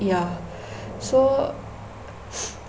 ya so